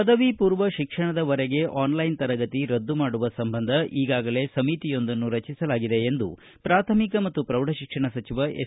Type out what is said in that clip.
ಪದವಿ ಪೂರ್ವ ಶಿಕ್ಷಣದವರೆಗೆ ಆನ್ಲೈನ್ ತರಗತಿ ರದ್ದುಮಾಡುವ ಸಂಬಂಧ ಈಗಾಗಲೇ ಸಮಿತಿಯೊಂದನ್ನು ರಚಿಸಲಾಗಿದೆ ಎಂದು ಪ್ರಾಥಮಿಕ ಮತ್ತು ಪ್ರೌಢಶಿಕ್ಷಣ ಸಚಿವ ಎಸ್